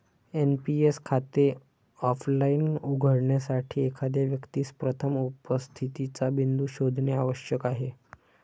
NPS खाते offline उघडण्यासाठी, एखाद्या व्यक्तीस प्रथम उपस्थितीचा बिंदू शोधणे आवश्यक आहे